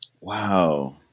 Wow